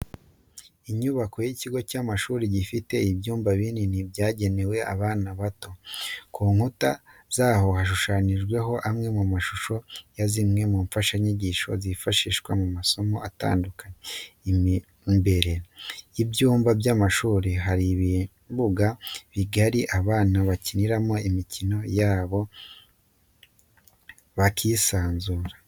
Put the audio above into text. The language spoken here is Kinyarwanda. Inyubako y'ikigo cy'amashuri gifite ibyumba binini byagenwe abana bato, ku nkuta zaho hashushanyijeho amwe mu mashusho ya zimwe mu mfashanyigisho zifashishwa mu masomo atandukanye, imbere y'ibyumba by'amashuri hari ikibuga kigari abana bakiniramo imikino yabo bakisanzura.